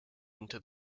into